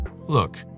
Look